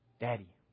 Daddy